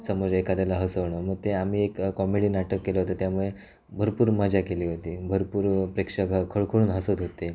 समोरच्या एखाद्याला हसवणं मग ते आम्ही एक कॉमेडी नाटक केलं होतं त्यामुळे भरपूर मजा केली होती भरपूर प्रेक्षक ह खळखळून हसत होते